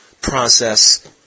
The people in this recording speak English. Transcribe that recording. process